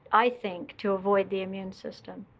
i think, to avoid the immune system.